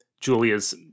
Julia's